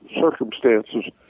circumstances